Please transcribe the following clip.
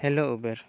hello Uber